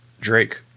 Drake